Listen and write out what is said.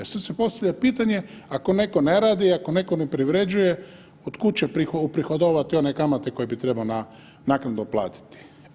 Sad se postavlja pitanje, ako netko ne radi i ako netko ne privređuje od kud će uprihodovati one kamate koje bi trebao na naknadno platiti?